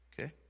Okay